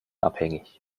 abhängig